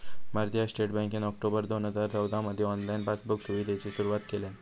भारतीय स्टेट बँकेन ऑक्टोबर दोन हजार चौदामधी ऑनलाईन पासबुक सुविधेची सुरुवात केल्यान